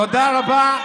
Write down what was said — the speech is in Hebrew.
תודה רבה.